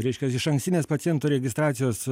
reiškias išankstinės pacientų registracijos